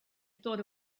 thought